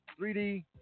3D